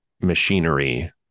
machinery